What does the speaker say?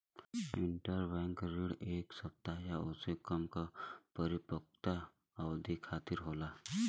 interbank ऋण एक सप्ताह या ओसे कम क परिपक्वता अवधि खातिर होला